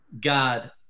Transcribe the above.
God